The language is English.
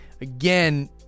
again